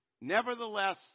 Nevertheless